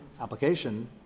application